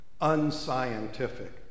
unscientific